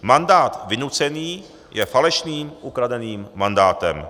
Mandát vynucený je falešným ukradeným mandátem.